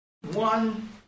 one